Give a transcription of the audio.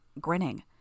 grinning